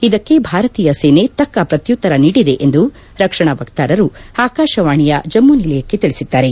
ಇದಕ್ಕೆ ಭಾರತೀಯ ಸೇನೆ ತಕ್ಕ ಪ್ರತ್ಯುತ್ತರ ನೀಡಿದೆ ಎಂದು ರಕ್ಷಣಾ ವಕ್ತಾರರು ಆಕಾಶವಾಣಿಯ ಜಮ್ನು ನಿಲಯಕ್ಕೆ ತಿಳಿಸಿದ್ದಾರೆ